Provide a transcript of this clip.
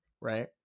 Right